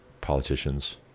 politicians